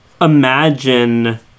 imagine